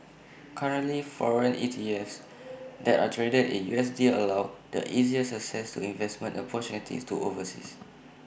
currently foreign E T E F S that are traded in U S D allow the easiest access to investment opportunities overseas